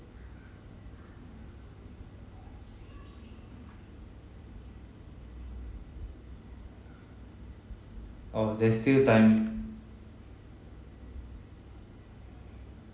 orh there's still time